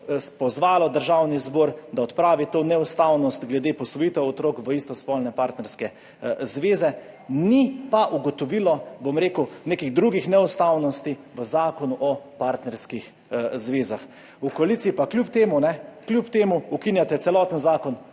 pozvalo Državni zbor, da odpravi to neustavnost glede posvojitev otrok v istospolne partnerske zveze. Ni pa ugotovilo, bom rekel, nekih drugih neustavnosti v Zakonu o partnerskih zvezah. V koaliciji pa kljub temu ukinjate celoten Zakon